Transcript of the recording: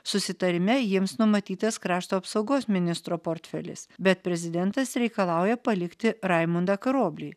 susitarime jiems numatytas krašto apsaugos ministro portfelis bet prezidentas reikalauja palikti raimundą karoblį